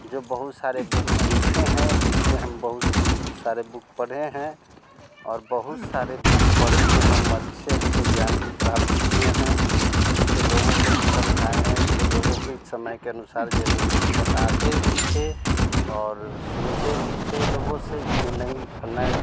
जो बहुत सारे बुक लिखे हैं जिससे हम बहुत सारे बुक पढ़े हैं और बहुत सारे बुक पढ़कर हम अच्छे अच्छे ज्ञान को प्राप्ति किए हैं उससे लोगों को भी समझाए है उससे लोगों को जो समय के अनुसार यह लोगों को बताते भी थे और सुनते भी थे लोगों से कि नहीं पढ़ना